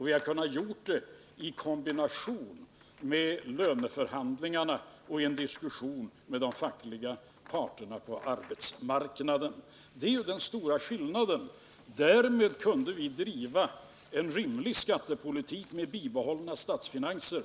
Vi har kunnat göra detta i kombination med löneförhandlingarna och i diskussion med de fackliga parterna på arbetsmarknaden. Det är den stora skillnaden. Därmed kunde vi driva en rimlig skattepolitik med bibehållna statsfinanser.